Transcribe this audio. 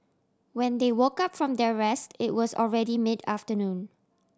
when they woke up from their rest it was already mid afternoon